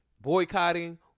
boycotting